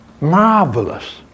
Marvelous